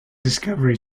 discovery